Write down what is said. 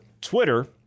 Twitter